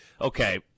okay